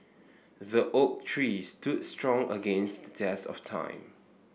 the oak tree stood strong against the test of time